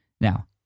now